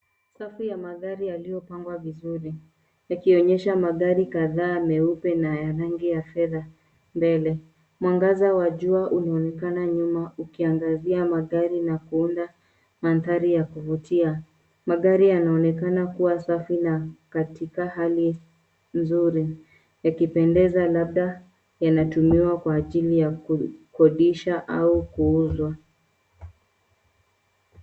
Safu ya magari yaliyopangwa vizuri, yakionyesha magari kadhaa meupe na ya rangi ya fedha mbele. Mwangaza wa jua unaonekana nyuma ukiangazia magari na kuunda mandhari ya kuvutia. Magari yanaonekana kuwa safi na katika hali nzuri, yakipendeza labda yanatumiwa Kwa ajili ya kukodisha au kuuzwa.